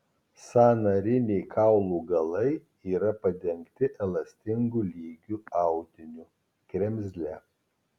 sąnariniai kaulų galai yra padengti elastingu lygiu audiniu kremzle